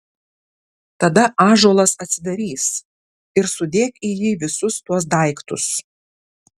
tada ąžuolas atsidarys ir sudėk į jį visus tuos daiktus